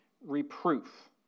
reproof